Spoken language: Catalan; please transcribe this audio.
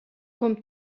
com